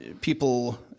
People